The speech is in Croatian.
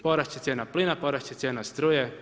Porast će cijena plina, porast će cijena struke.